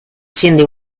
siendo